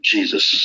Jesus